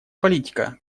политика